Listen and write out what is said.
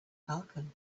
falcon